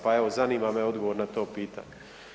Pa evo, zanima me odgovor na to pitanje.